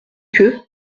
que